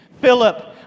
Philip